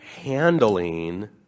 handling